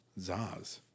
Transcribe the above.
Zaz